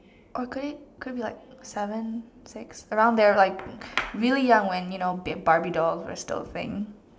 oh could it could it be like seven six around there like really young when you know barbie doll was still a thing